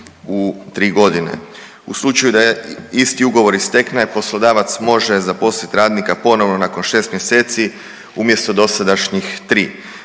U slučaju da isti ugovor istekne poslodavac može zaposliti radnika ponovo nakon 6 mjeseci umjesto dosadašnjih 3.